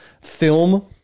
film